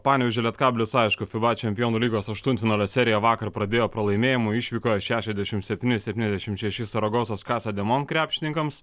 panevėžio lietkabelis aišku fiba čempionų lygos aštuntfinalio seriją vakar pradėjo pralaimėjimu išvykoj šešiasdešim septyni septyniasdešim šeši saragosos casademont krepšininkams